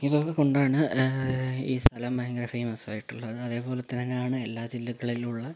ഇതൊക്കെ കൊണ്ടാണ് ഈ സ്ഥലം ഭയങ്കര ഫേമസ് ആയിട്ടുള്ളത് അതുപോലെ തന്നെയാണ് എല്ലാ ജില്ലകളിലുള്ള